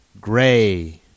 Gray